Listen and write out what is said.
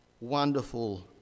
wonderful